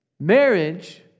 Marriage